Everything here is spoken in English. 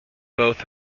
both